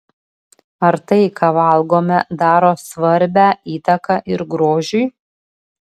ar tai ką valgome daro svarbią įtaką ir grožiui